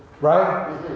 right